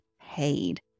paid